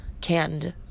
canned